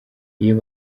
iyo